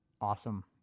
awesome